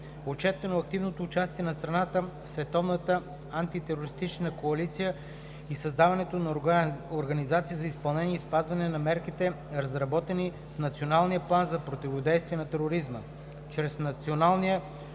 Отчетено е активното участие на страната в световната антитерористична коалиция и създаването на организация за изпълнение и спазване на мерките, разработени в Националния план за противодействие на тероризма.